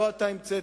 לא אתה המצאת.